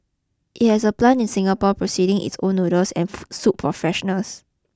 it has a plant in Singapore processing its own noodles and soup for freshness